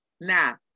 now